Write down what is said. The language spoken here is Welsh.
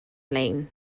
lein